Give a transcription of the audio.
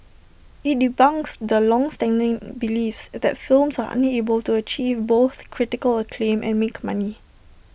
IT debunks the longstanding beliefs that films are unable to achieve both critical acclaim and make money